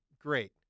great